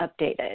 updated